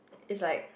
is like